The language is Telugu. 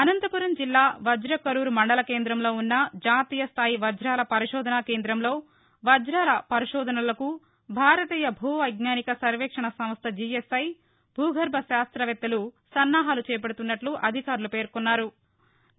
అనంతపురం జిల్లా వజ్రకరూర్ మండల కేంద్రంలో ఉన్న జాతీయస్థాయి వజ్రాల పరిశోధనా కేంద్రంలో వజాల పరిశోధనలకు భారతీయ భూ వైజ్టానిక సర్వేక్షణ్ సంస్ట జీఎస్ఐ భూగర్బ శాస్త్రవేత్తలు సన్నాహాలు చేపడుతున్నట్ల అధికారులు పేర్నొన్నారు